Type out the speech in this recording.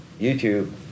YouTube